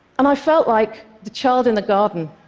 and i felt like the child in the garden.